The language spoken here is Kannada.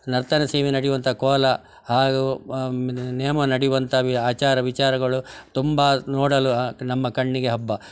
ನರ್ತನ ಸೇವೆ ನಡಿವಂಥ ಕೋಲ ಹಾಗೂ ನೇಮ ನಡಿವಂಥ ಆಚಾರ ವಿಚಾರಗಳು ತುಂಬ ನೋಡಲು ನಮ್ಮ ಕಣ್ಣಿಗೆ ಹಬ್ಬ